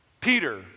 Peter